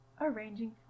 arranging